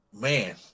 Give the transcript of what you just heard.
man